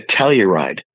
Telluride